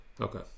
okay